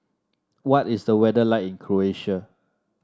what is the weather like in Croatia